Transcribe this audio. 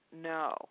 no